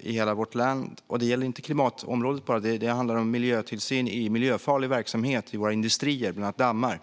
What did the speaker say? i hela vårt land. Men det gäller inte bara klimatområdet. Det handlar om miljötillsyn av miljöfarlig verksamhet i våra industrier och bland annat dammar.